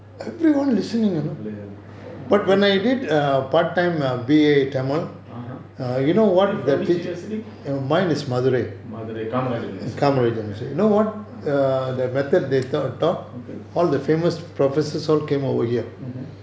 ya (uh huh) which university madurai kamaraj university okay mmhmm